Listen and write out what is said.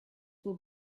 will